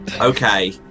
okay